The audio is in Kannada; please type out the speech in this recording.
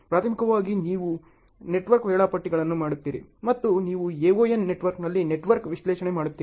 ಪ್ರಾಥಮಿಕವಾಗಿ ನೀವು ನೆಟ್ವರ್ಕ್ ವೇಳಾಪಟ್ಟಿಗಳನ್ನು ಮಾಡುತ್ತೀರಿ ಮತ್ತು ನೀವು AoN ನೆಟ್ವರ್ಕ್ನಲ್ಲಿ ನೆಟ್ವರ್ಕ್ ವಿಶ್ಲೇಷಣೆ ಮಾಡುತ್ತೀರಿ